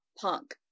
punk